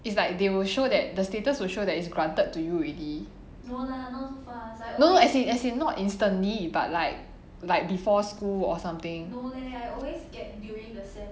it's like they will show that the status will show that is granted to you already no no as in as in not instantly but like like before school or something